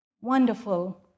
wonderful